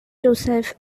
josef